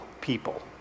people